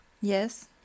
Yes